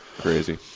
Crazy